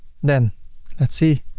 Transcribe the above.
then let's see,